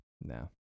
No